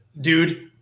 dude